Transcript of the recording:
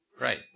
Right